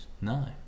no